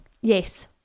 Yes